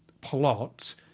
plot